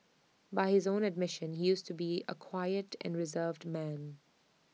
by his own admission he used to be A quiet and reserved man